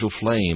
flame